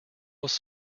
was